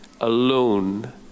alone